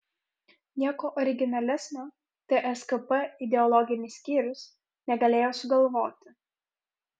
nieko originalesnio tskp ideologinis skyrius negalėjo sugalvoti